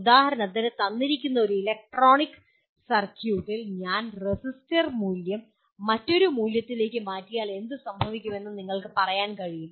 ഉദാഹരണത്തിന് തന്നിരിക്കുന്ന ഒരു ഇലക്ട്രോണിക് സർക്യൂട്ടിൽ ഞാൻ റെസിസ്റ്റർ മൂല്യം മറ്റൊരു മൂല്യത്തിലേക്ക് മാറ്റിയാൽ എന്ത് സംഭവിക്കുമെന്ന് നിങ്ങൾക്ക് പറയാൻ കഴിയും